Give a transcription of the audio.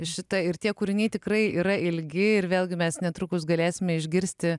šita ir tie kūriniai tikrai yra ilgi ir vėlgi mes netrukus galėsime išgirsti